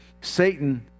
Satan